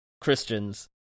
Christians